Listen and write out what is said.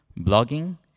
blogging